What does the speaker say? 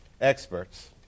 experts